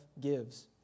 gives